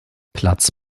platz